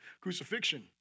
crucifixion